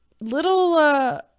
Little